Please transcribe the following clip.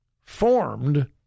formed